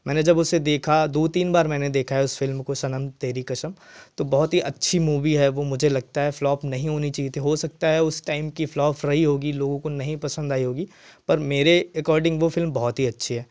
मैंने जब उसे देखा दो तीन बार मैंने देखा है उस फ़िल्म को सनम तेरी कसम तो बहुत ही अच्छी मूवी है वह मुझे लगता है फ्लॉप नहीं होनी चाहिए थी हो सकता है उस टाइम की फ्लॉप रही होगी लोगों को नहीं पसंद आई होगी पर मेरे एकोर्डिंग वह फ़िल्म बहुत ही अच्छी है